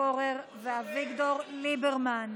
לא נתקבלה.